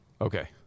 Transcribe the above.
Okay